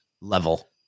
level